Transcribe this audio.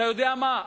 אתה יודע מה,